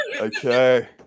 Okay